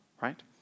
right